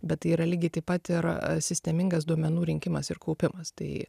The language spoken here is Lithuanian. bet tai yra lygiai taip pat ir sistemingas duomenų rinkimas ir kaupimas tai